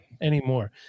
anymore